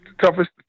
toughest